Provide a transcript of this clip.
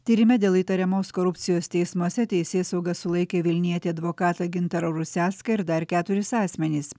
tyrime dėl įtariamos korupcijos teismuose teisėsauga sulaikė vilnietį advokatą gintarą rusecką ir dar keturis asmenis